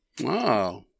wow